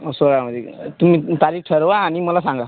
सोळामध्ये घेऊन जा तुम्ही तारीख ठरवा आणि मला सांगा